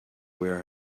where